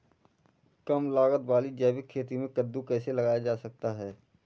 कम लागत वाली जैविक खेती में कद्दू कैसे लगाया जा सकता है?